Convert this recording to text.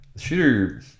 Shooter